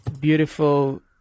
beautiful